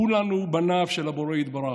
כולנו בניו של הבורא יתברך.